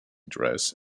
dress